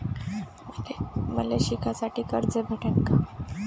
मले शिकासाठी कर्ज भेटन का?